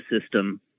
system